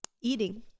eating